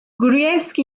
gruevski